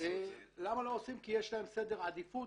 כי יש להם סדר עדיפות.